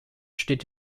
steht